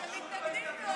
אתם מתנגדים לו.